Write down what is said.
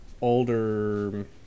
older